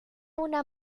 una